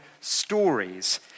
stories